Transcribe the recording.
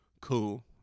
cool